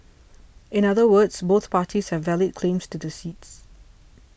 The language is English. in other words both parties have valid claims to the seats